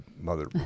mother